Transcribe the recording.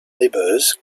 neighbors